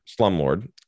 slumlord